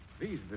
Please